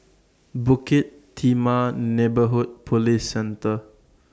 Bukit Timah Neighbourhood Police Center